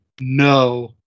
no